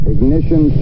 Ignition